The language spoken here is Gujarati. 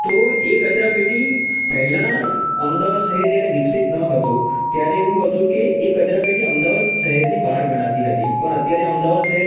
તો એ કચરા પેટી પહેલાં અમદાવાદ શહેર જ્યારે વિકસિત ન હતું ત્યારે એવું હતું કે એ કચરા પેટી અમદાવાદ શહેરની બહાર ગણાતી હતી પણ અત્યારે અમદાવાદ શહેર